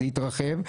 זה התרחב,